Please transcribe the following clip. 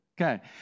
Okay